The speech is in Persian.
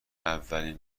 اولین